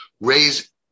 raise